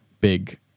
big